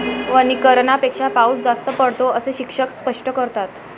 वनीकरणापेक्षा पाऊस जास्त पडतो, असे शिक्षक स्पष्ट करतात